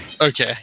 Okay